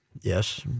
Yes